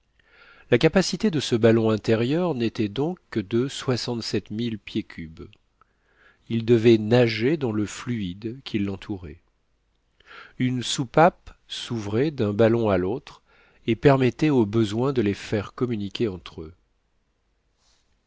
la capacité de ce ballon intérieur nétait donc que de soixante-sept mille pieds cubes il devait nager dans le fluide qui lentourait une soupape s'ouvrait d'un ballon à l'autre et permettait au besoin de les faire communiquer entre eux